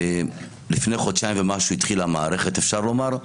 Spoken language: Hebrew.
לפני חודשיים ומשהו התחילה המערכת, אפשר לומר,